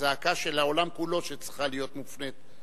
הזעקה של העולם כולו, שצריכה להיות מופנית.